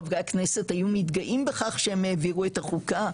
חברי הכנסת היו מתגאים בכך שהם העבירו את החוקה,